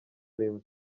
arimo